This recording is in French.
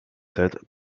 sept